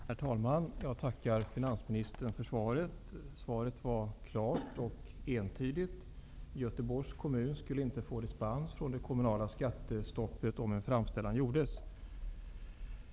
Herr talman! Jag tackar finansministern för svaret, som var klart och entydigt: Göteborgs kommun skall inte få dispens från det kommunala skattestoppet om en framställan görs.